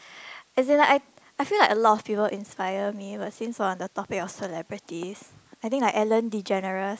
is it like I I feel like a lot of fever inspire me but since for on the topic of celebrities I think like Ellen-DeGeneres